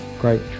great